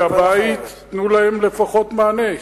מהבית, תנו להם לפחות מענה.